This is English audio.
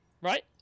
right